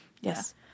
Yes